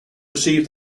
received